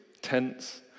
tents